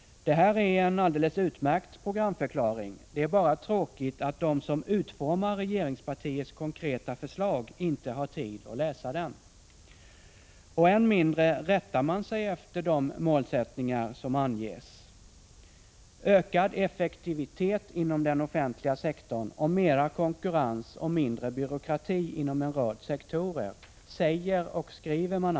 Det här är en alldeles utmärkt programförklaring. Det är bara tråkigt att de som utformar regeringspartiets konkreta förslag inte har tid att läsa den. Och än mindre rättar de sig efter de målsättningar som anges. Man säger och skriver alltså att man vill ”öka effektiviteten inom den offentliga sektorn” och ”skapa ökad konkurrens och mindre byråkrati inom en rad sektorer”. Men vad gör man?